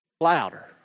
louder